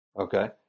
Okay